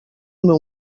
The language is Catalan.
meu